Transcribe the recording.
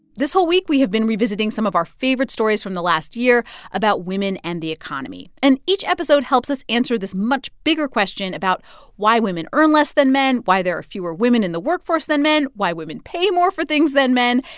this whole week, we have been revisiting some of our favorite stories from the last year about women and the economy. and each episode helps us answer this much bigger question about why women earn less than men, why there are fewer women in the workforce than men, why women pay more for things than men.